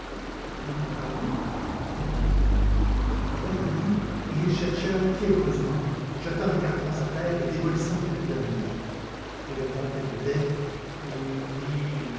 ce n'est pas vous alors elle accourut et ils cherchèrent fiévreusement jetant les cartons à terre et démolissant les piles de linge et le comte répétait inutile